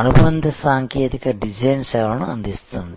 అనుబంధ సాంకేతిక డిజైన్ సేవలను అందిస్తుంది